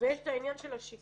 ויש את העניין של השיקום.